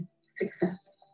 success